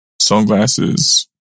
Sunglasses